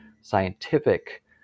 scientific